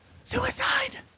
Suicide